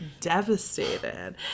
devastated